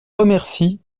remercie